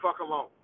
alone